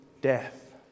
death